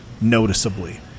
noticeably